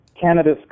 canada's